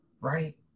Right